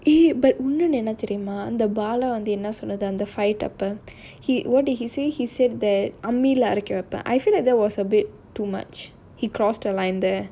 !ee! but இன்னொன்னு என்ன தெரியுமா இந்த:innonnu enna theriuma indha bala வந்து என்ன சொல்றது இந்த:vandhu enna solrathu indha fight அப்போ:appo he what did he say he said that அம்மில அரைக்குறப்போ:ammila araikurappo I feel like there was a bit too much he crossed a line there